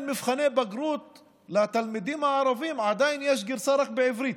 במבחני בגרות לתלמידים הערבים יש גרסה רק בעברית.